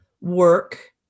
work